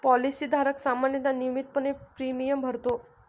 policy धारक सामान्यतः नियमितपणे प्रीमियम भरतो